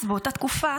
באותה תקופה